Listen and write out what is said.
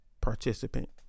participant